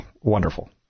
Wonderful